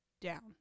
down